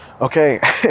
Okay